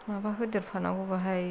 माबा होदेरफानांगौ बेहाय